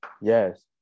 Yes